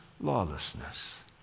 lawlessness